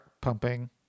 pumping